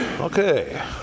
Okay